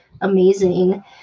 amazing